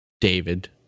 David